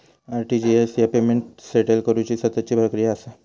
RTGS ह्या payment settle करुची सततची प्रक्रिया असा